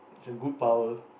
it's a good power